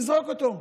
ולזרוק אותו.